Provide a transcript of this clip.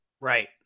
Right